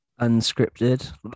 Unscripted